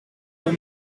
pour